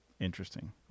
Interesting